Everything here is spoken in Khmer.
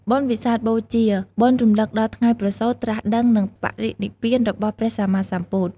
បុណ្យវិសាខបូជា បុណ្យរំលឹកដល់ថ្ងៃប្រសូត ត្រាស់ដឹង និងបរិនិព្វានរបស់ព្រះសម្មាសម្ពុទ្ធ។